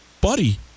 buddy